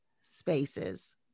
spaces